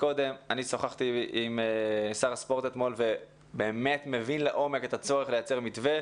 שוחחתי עם שר הספורט אתמול והוא מבין לעומק את הצורך לייצר מתווה.